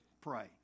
pray